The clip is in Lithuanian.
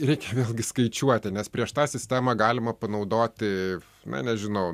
reikia vėlgi skaičiuoti nes prieš tą sistemą galima panaudoti na nežinau